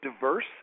diverse